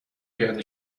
پیاده